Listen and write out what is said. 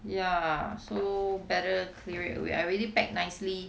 ya so better clear it away I already pack nicely